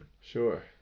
Sure